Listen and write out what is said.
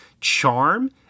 charm